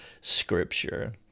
Scripture